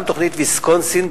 גם תוכנית ויסקונסין,